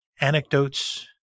anecdotes